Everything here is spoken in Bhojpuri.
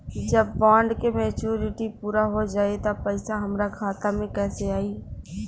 जब बॉन्ड के मेचूरिटि पूरा हो जायी त पईसा हमरा खाता मे कैसे आई?